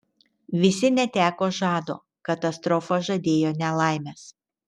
visi neteko žado katastrofa žadėjo nelaimes